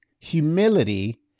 humility